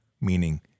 meaning